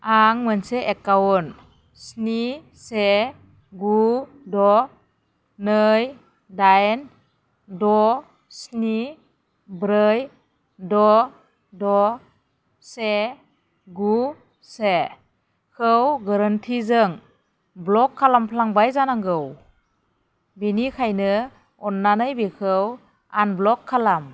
आं मोनसे एकाउन्ट स्नि से गु द' नै दाइन द' स्नि ब्रै द' द' से गु सेखौ गोरोन्थिजों ब्ल'क खालामफ्लांबाय जानांगौ बेनिखायनो अननानै बेखौ आनब्ल'क खालाम